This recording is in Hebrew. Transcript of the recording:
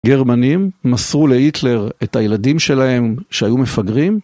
גרמנים מסרו להיטלר את הילדים שלהם שהיו מפגרים?